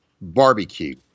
barbecue